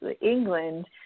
England